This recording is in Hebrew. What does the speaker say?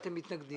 מתנגדים.